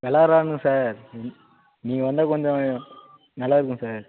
விளையாட்றானுங்க sir நீங்கள் வந்தால் கொஞ்சம் நல்லாயிருக்கும் சார்